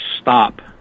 stop